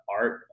art